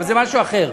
אבל זה משהו אחר.